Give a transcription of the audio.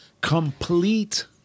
complete